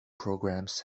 programs